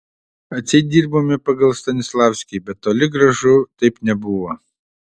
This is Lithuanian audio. atseit dirbome pagal stanislavskį bet toli gražu taip nebuvo